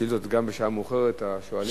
גם בשעה מאוחרת השואלים,